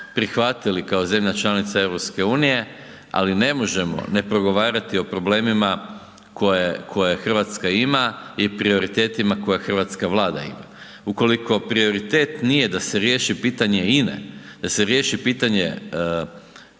prihvatili kao zemlja članica EU, ali ne možemo ne progovarati o problemima koje RH ima i prioritetima koje hrvatska Vlada ima. Ukoliko prioritet nije da se riješi pitanje INA-e, da se riješi pitanje Siska,